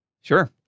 Sure